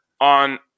on